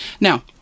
Now